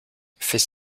fait